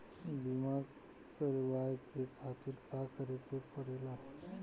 बीमा करेवाए के खातिर का करे के पड़ेला?